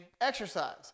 exercise